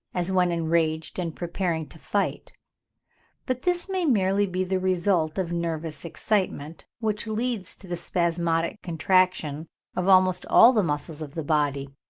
as when enraged and preparing to fight but this may merely be the result of nervous excitement, which leads to the spasmodic contraction of almost all the muscles of the body,